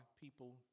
people